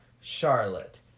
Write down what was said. Charlotte